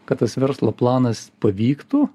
kad tas verslo planas pavyktų